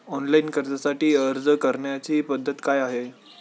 Online कर्जासाठी अर्ज करण्याची पद्धत काय आहे?